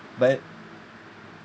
but